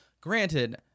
Granted